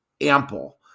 ample